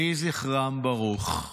יהי זכרם ברוך.